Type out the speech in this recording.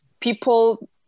people